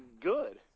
good